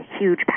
huge